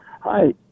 Hi